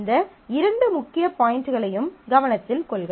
இந்த இரண்டு முக்கிய பாயிண்ட்களையும் கவனத்தில் கொள்க